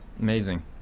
amazing